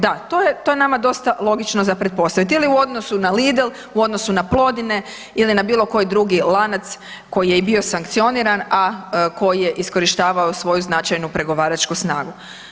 Da, to je nama dosta logično za pretpostaviti ili u odnosu na Lidl u odnosu na Plodine ili na bilo koji drugi lanac koji je i bio sankcioniran, a koji je iskorištavao svoju značajnu pregovaračku snagu.